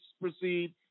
proceed